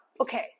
okay